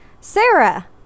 Sarah